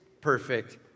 perfect